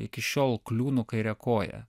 iki šiol kliūnu kaire koja